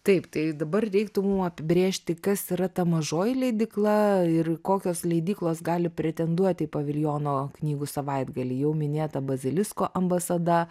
taip tai dabar reiktų mum apibrėžti kas yra ta mažoji leidykla ir kokios leidyklos gali pretenduot į paviljono knygų savaitgalį jau minėta bazilisko ambasada